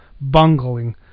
bungling